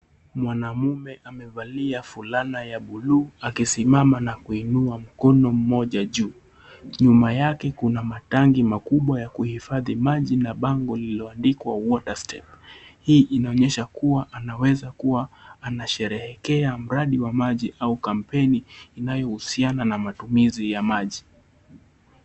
Mwanaume amevalia fulana ya buluu akisimama na kuinua mkono mmoja juu, nyuma yake kuna matangi makubwa ya kuhifadhi maji na pango lililoandikwa water step , hii inaonyesha kua anaweza kuwa anasheherekea mradi wa maji au kampeni inayohusiana na matumizi ya maji.